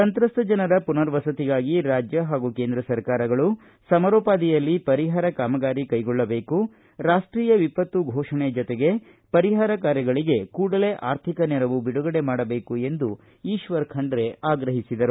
ಸಂತ್ರಸ್ತ ಜನರ ಪುನರ್ ವಸತಿಗಾಗಿ ರಾಜ್ಯ ಹಾಗೂ ಕೇಂದ್ರ ಸರ್ಕಾರಗಳು ಸಮರೋಪಾದಿಯಲ್ಲಿ ಪರಿಹಾರ ಕಾಮಗಾರಿ ಕೈಗೊಳ್ಳಬೇಕು ರಾಷ್ಷೀಯ ವಿಪತ್ತು ಫೋಷಣೆ ಜೊತೆಗೆ ಪರಿಹಾರ ಕಾರ್ಯಗಳಿಗೆ ಕೂಡಲೇ ಆರ್ಥಿಕ ನೆರವು ಬಿಡುಗಡೆ ಮಾಡಬೇಕು ಎಂದು ಈಶ್ವರ ಖಂಡ್ರೆ ಆಗ್ರಹಿಸಿದರು